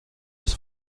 des